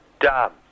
Done